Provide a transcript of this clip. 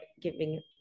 giving